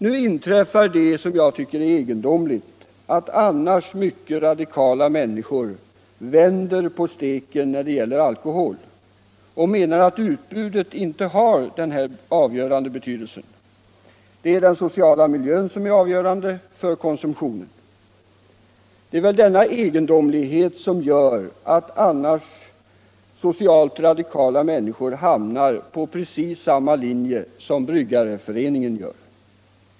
Nu inträffar det egendomliga, att annars mycket radikala människor vänder på steken när det gäller alkohol och menar att utbudet inte har denna betydelse utan att det är den sociala miljön som är avgörande för konsumtionen. Det är väl denna egendomlighet som gör att annars socialt radikala människor hamnar på precis samma linje som Bryggareföreningen.